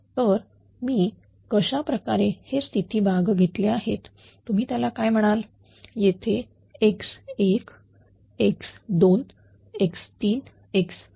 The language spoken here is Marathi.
तर मी कशा प्रकारे हे स्थिती भाग घेतले आहेत तुम्ही त्याला काय म्हणाल येथे x1 x 2 x3 x4